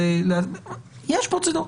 יש פרוצדורה.